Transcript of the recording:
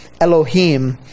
Elohim